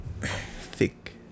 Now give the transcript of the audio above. Thick